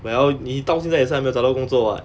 well 你到现也是还没有找到工作 [what]